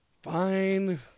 Fine